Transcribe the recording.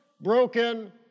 broken